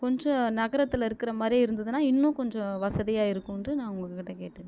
கொஞ்சம் நகரத்தில் இருக்கிற மாதிரி இருந்ததுனால் இன்னும் கொஞ்சம் வசதியாக இருக்கும்னுட்டு நான் உங்கள்கிட்ட கேட்டுக்கிறேன்